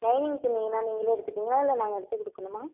lining துணின்னா நீங்களே எடுத்துப்பிங்களா இல்லை நாங்கள் எடுத்து கொடுக்கணுமா